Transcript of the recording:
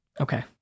Okay